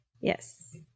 Yes